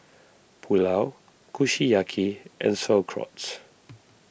Pulao Kushiyaki and Sauerkraut